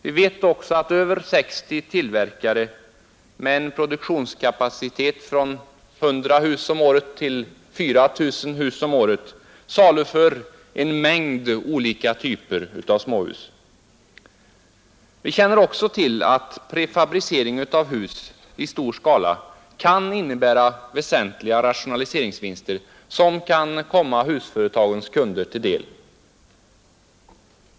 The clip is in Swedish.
Vi vet också att över 60 tillverkare med en produktionskapacitet från 100 till 4 000 hus om året saluför en mängd olika typer av småhus. Vi känner också till att prefabricering av hus i stor skala kan innebära väsentliga rationaliseringsvinster som kan komma husföretagens kunder till del.